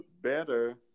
better